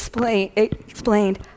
explained